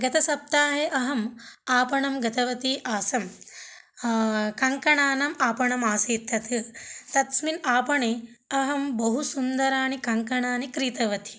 गत सप्ताहे अहम् आपणं गतवती आसम् कङ्कणानाम् आपणम् आसीत् तत् तत्स्मिन् आपणे अहं बहु सुन्दराणि कङ्कणानि क्रीतवती